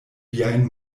viajn